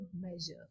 measure